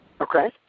Okay